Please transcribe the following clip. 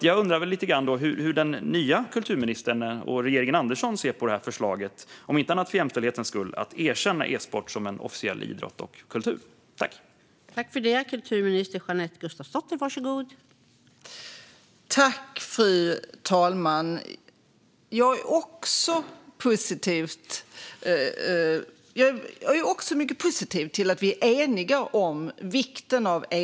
Jag undrar därför hur vår nya kulturminister och regeringen Andersson ser på förslaget om att erkänna e-sport som officiell idrott och kultur, om inte annat för jämställdhetens skull.